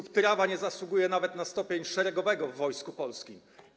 Bp Tyrawa nie zasługuje nawet na stopień szeregowego w Wojsku Polskim.